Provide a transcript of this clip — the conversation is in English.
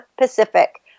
Pacific